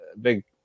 big